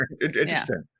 interesting